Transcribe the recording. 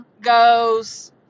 goes